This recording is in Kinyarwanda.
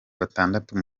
batandatu